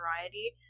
variety